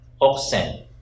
oxen